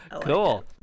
Cool